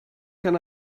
can